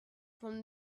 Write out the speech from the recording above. from